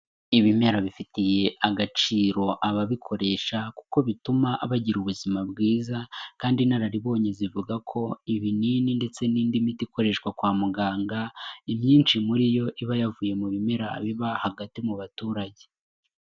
Ibimera bifitiye agaciro ababikoresha kuko bituma bagira ubuzima bwiza kandi inararibonye zivuga ko ibinini ndetse n'indi miti ikoreshwa kwa muganga imyinshi muri yo iba yavuye mu bimera biba hagati mu baturage.